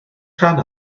rhan